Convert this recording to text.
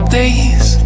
days